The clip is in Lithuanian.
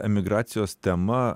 emigracijos tema